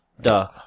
duh